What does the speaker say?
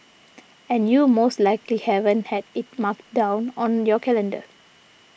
and you most likely haven't had it marked down on your calendar